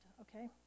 okay